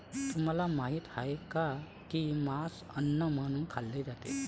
तुम्हाला माहित आहे का की मांस अन्न म्हणून खाल्ले जाते?